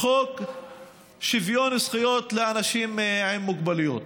בחוק שוויון זכויות לאנשים עם מוגבלויות.